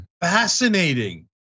Fascinating